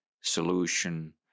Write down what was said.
solution